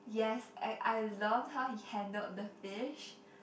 yes I I loved how he handled the fish